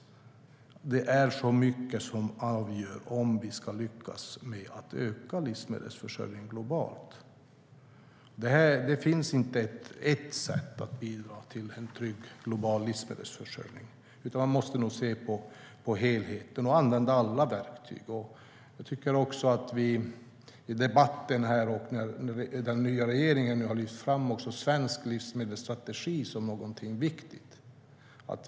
Det är så mycket som avgör om vi ska lyckas med att öka livsmedelsförsörjningen globalt. Det finns inte ett sätt att bidra till en trygg global livsmedelsförsörjning. Man måste nog se på helheten och använda alla verktyg. I debatten har den nya regeringen lyft fram svensk livsmedelsstrategi som någonting viktigt.